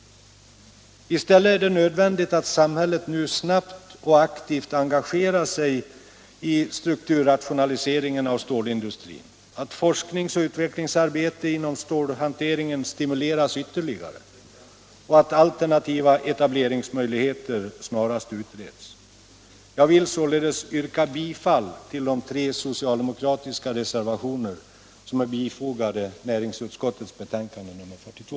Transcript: I stället är det nödvändigt att samhället nu snabbt och aktivt engagerar sig i strukturrationaliseringen av stålindustrin, att forskningsoch utvecklingsarbete inom stålhanteringen stimuleras ytterligare och att alternativa etableringsmöjligheter snarast utreds. Jag vill således yrka bifall till de tre socialdemokratiska reservationer som är fogade vid näringsutskottets betänkande nr 42.